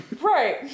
Right